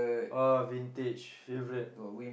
oh vintage favourite